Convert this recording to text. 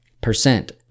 percent